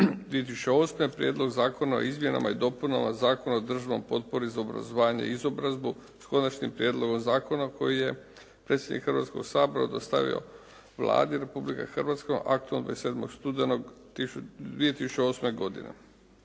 2008. Prijedlog zakona o izmjenama i dopunama Zakona o državnoj potpori za obrazovanje i izobrazbu s Konačnim prijedlogom zakona koji je predsjedniku Hrvatskoga sabora dostavila Vlada Republike Hrvatske aktom od 27. studenog 2008. godine.